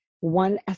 One